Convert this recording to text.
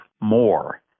more